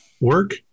work